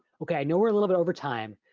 okay i know we're a little bit over time.